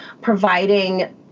providing